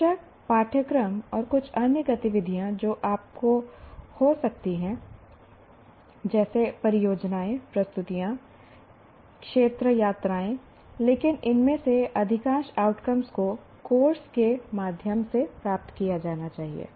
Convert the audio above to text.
बेशक पाठ्यक्रम और कुछ अन्य गतिविधियाँ जो आपको हो सकती हैं जैसे परियोजनाएं प्रस्तुतियाँ क्षेत्र यात्राएं लेकिन इनमें से अधिकांश आउटकम्स को कोर्स के माध्यम से प्राप्त किया जाना है